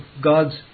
God's